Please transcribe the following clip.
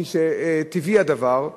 כפי שטבעי הדבר,